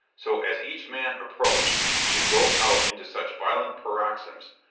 so as each man approached, she broke out into such violent paroxysms,